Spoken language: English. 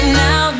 now